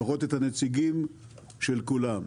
לפחות את הנציגים של כולם.